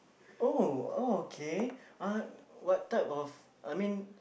oh okay uh what type of I mean